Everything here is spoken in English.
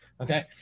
Okay